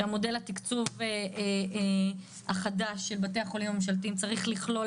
שמודל התקצוב החדש של בתי החולים הממשלתיים צריך לכלול,